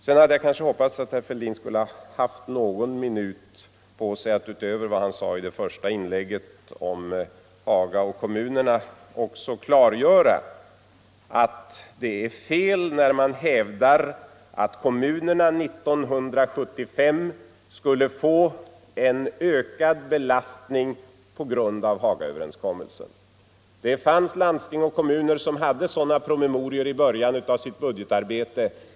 Sedan hade jag kanske hoppats att herr Fälldin skulle haft någon minut på sig till att, utöver vad han sade i sitt första inlägg om Hagaöverenskommelsen och kommunerna, också klargöra att det är fel när man hävdar att kommunerna 1975 skulle få en ökad belastning på grund av Hagaöverenskommelsen. Det fanns landsting och kommuner som i början av sitt budgetarbete hade sådana promemorior.